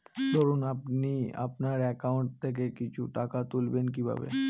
ধরুন আপনি আপনার একাউন্ট থেকে কিছু টাকা তুলবেন কিভাবে?